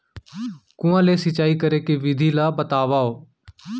कुआं ले सिंचाई करे के विधि ला बतावव?